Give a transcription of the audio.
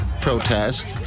protest